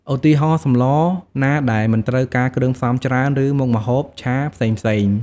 ឧទាហរណ៍ សម្លរណាដែលមិនត្រូវការគ្រឿងផ្សំច្រើន ឬមុខម្ហូបឆាផ្សេងៗ ។